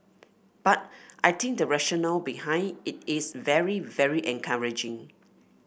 but I think the rationale behind it is very very encouraging